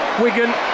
Wigan